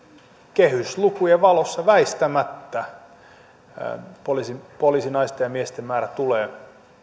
kehyslukujen valossa väistämättä poliisinaisten ja miesten määrä tulee